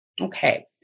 Okay